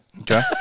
Okay